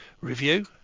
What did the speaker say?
Review